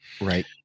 Right